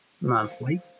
monthly